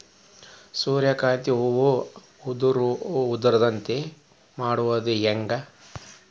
ಸೂರ್ಯಕಾಂತಿ ಹೂವ ಉದರದಂತೆ ಮಾಡುದ ಹೆಂಗ್?